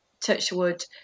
Touchwood